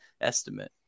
estimate